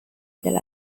del